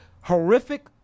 horrific